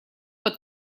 под